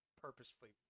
purposefully